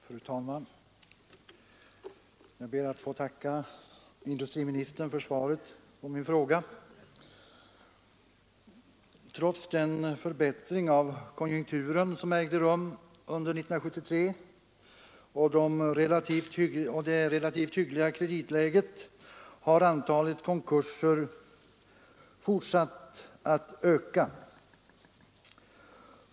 Fru talman! Jag ber att få tacka industriministern för svaret på min fråga. Trots den förbättring av konjunkturen som ägde rum under 1973 och trots det relativt hyggliga kreditläget har antalet konkurser fortsatt att öka.